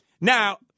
Now